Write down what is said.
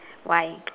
why